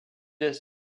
est